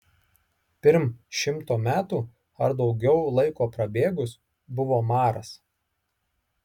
pirm šimto metų ar daugiau laiko prabėgus buvo maras